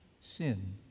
sin